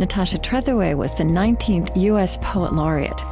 natasha trethewey was the nineteenth u s. poet laureate.